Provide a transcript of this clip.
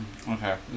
Okay